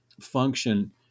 function